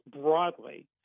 broadly